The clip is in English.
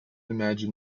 imagine